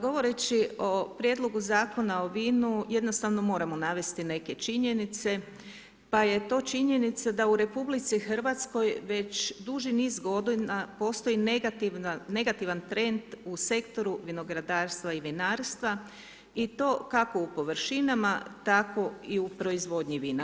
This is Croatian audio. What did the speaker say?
Govoreći o Prijedlogu Zakona o vinu, jednostavno moramo navesti neke činjenice, pa je to činjenice da u RH, već duži niz g. postoji negativan trend u sektoru vinogradarstva i vinarstva i to kako u površinama, tako i u proizvodnji vina.